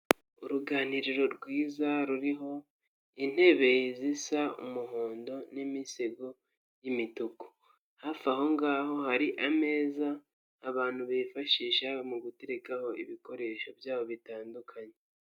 Uruganiriro rwiza ruriho intebe zisa umuhondo n'imisego y'imituku, hafi aho ngaho hari ameza abantu bifashisha mu gutekaho ibikoresho byabo bitandukanye.